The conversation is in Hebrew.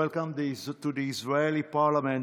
welcome to the Israeli Parliament,